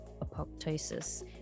apoptosis